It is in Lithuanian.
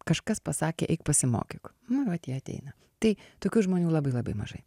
kažkas pasakė eik pasimokyk nu vat jie ateina tai tokių žmonių labai labai mažai